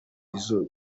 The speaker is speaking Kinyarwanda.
izo